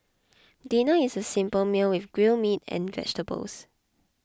dinner is a simple meal with grilled meat and vegetables